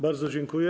Bardzo dziękuję.